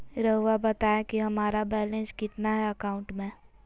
रहुआ बताएं कि हमारा बैलेंस कितना है अकाउंट में?